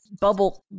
bubble